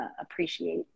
appreciate